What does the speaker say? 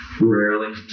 Rarely